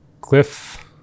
Cliff